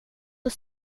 oss